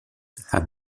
have